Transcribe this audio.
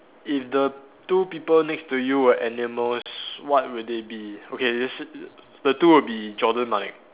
if the two people next to you were animals what would they be okay this the two would be Jonah Malek